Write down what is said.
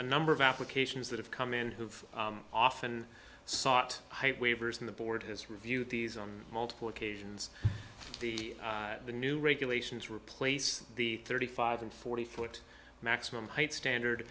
a number of applications that have come in who've often sought height waivers in the board has reviewed these on multiple occasions the new regulations replace the thirty five and forty foot maximum height standard